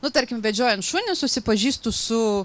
nu tarkim vedžiojant šunį susipažįstu su